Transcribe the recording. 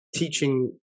teaching